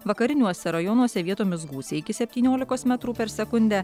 vakariniuose rajonuose vietomis gūsiai iki septyniolikos metrų per sekundę